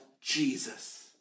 Jesus